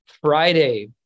Friday